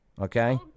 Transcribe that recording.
Okay